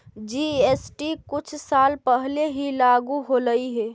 GST कुछ साल पहले ही लागू होलई हे